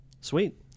sweet